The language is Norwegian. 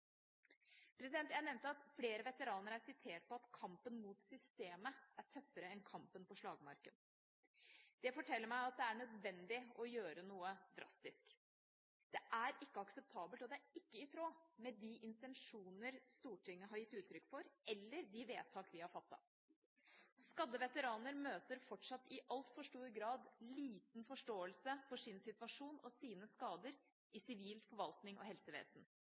Jeg nevnte at flere veteraner er sitert på at kampen mot systemet er tøffere enn kampen på slagmarken. Det forteller meg at det er nødvendig å gjøre noe drastisk. Det er ikke akseptabelt, og det er ikke i tråd med de intensjoner Stortinget har gitt uttrykk for, eller de vedtak vi har fattet. Skadde veteraner møter fortsatt i altfor stor grad liten forståelse for sin situasjon og sine skader i sivil forvaltning og helsevesen.